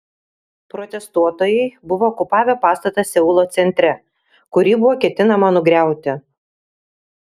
protestuotojai buvo okupavę pastatą seulo centre kurį buvo ketinama nugriauti